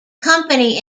company